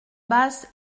basse